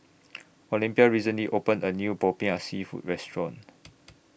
Olympia recently opened A New Popiah Seafood Restaurant